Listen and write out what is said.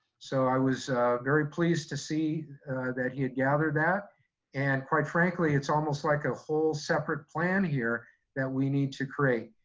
so i was very pleased to see that he had gathered that and quite frankly it's almost like a whole separate plan here that we need to create,